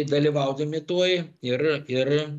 dalyvaudami tuoj ir ir